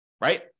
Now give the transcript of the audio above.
Right